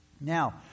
Now